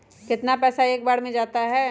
कितना पैसा एक बार में जाता है?